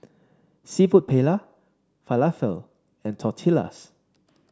seafood Paella Falafel and Tortillas